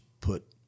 put